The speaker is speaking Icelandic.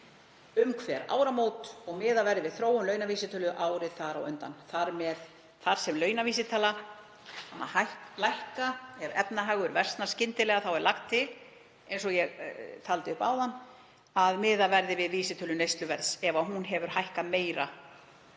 um hver áramót og miðað verði við þróun launavísitölu árið þar á undan. Þar sem launavísitala kann að lækka ef efnahagur versnar skyndilega er lagt til, eins og ég taldi upp áðan, að miðað verði við vísitölu neysluverðs ef hún hefur hækkað meira